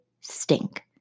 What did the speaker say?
stink